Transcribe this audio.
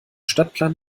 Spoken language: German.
stadtplan